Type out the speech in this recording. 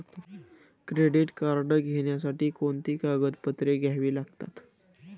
Credit card घेण्यासाठी कोणती कागदपत्रे घ्यावी लागतात?